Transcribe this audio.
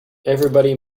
everybody